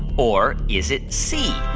or is it c,